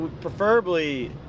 preferably